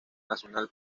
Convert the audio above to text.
nacional